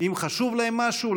אם חשוב להם משהו,